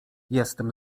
jestem